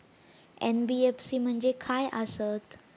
NBFC म्हणजे खाय आसत?